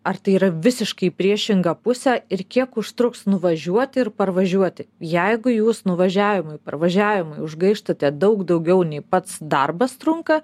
ar tai yra visiškai į priešingą pusę ir kiek užtruks nuvažiuoti ir parvažiuoti jeigu jūs nuvažiavimui parvažiavimui užgaištate daug daugiau nei pats darbas trunka